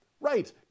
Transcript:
Right